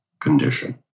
condition